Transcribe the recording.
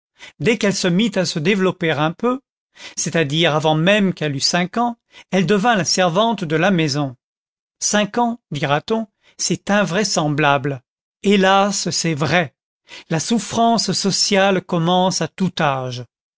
dès qu'elle se mit à se développer un peu c'est-à-dire avant même qu'elle eût cinq ans elle devint la servante de la maison cinq ans dira-t-on c'est invraisemblable hélas c'est vrai la souffrance sociale commence à tout âge